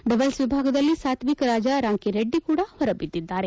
doubles ವಿಭಾಗದಲ್ಲಿ Satwik Raj Rankireddy ಕೂಡ ಹೊರಬಿದ್ದಿದ್ದಾರೆ